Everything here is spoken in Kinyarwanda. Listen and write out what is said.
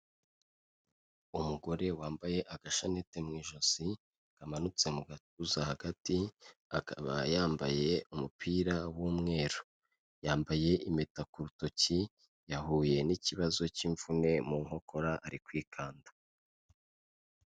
Umugore wambaye agashanete mu ijosi, kamanutse mu gatuza, hagati akaba yambaye umupira w'umweru, yambaye impeta ku rutoki yahuye n'ikibazo cy'imvune mu nkokora, ari kwikanda.